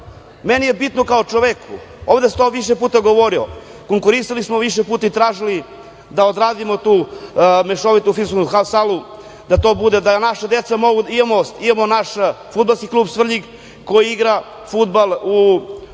Meni je bitno kao čoveku, ovde sam to više puta govorio, konkurisali smo više puta i tražili da odradimo tu mešovitu fiskulturnu salu za našu decu. Imamo naš Fudbalski klub Svrljig, koji igra fudbal u Niškoj